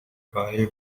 royal